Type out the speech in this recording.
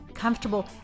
comfortable